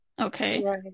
Okay